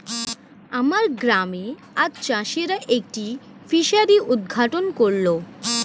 আমার গ্রামে আজ চাষিরা একটি ফিসারি উদ্ঘাটন করল